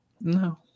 No